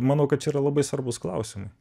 manau kad čia yra labai svarbūs klausimai